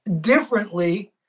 differently